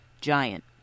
giant